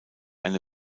eine